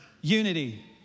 Unity